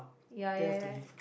ya ya ya